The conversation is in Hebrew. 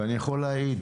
ואני יכול להעיד